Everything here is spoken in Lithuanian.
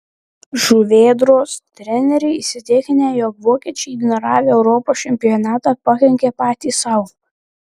žuvėdros treneriai įsitikinę jog vokiečiai ignoravę europos čempionatą pakenkė patys sau